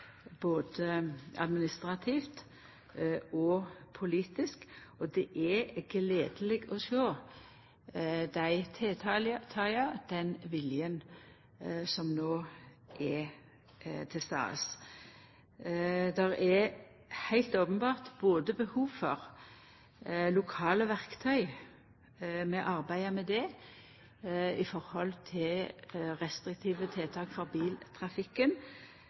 både administrativt og politisk. Det er gledeleg å sjå dei tiltaka og den viljen som no er til stades. Der er heilt openbert både behov for lokale verktøy – vi arbeider med det i høve til restriktive tiltak for biltrafikken